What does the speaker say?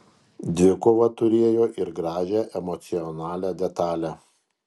dvikova turėjo ir gražią emocionalią detalę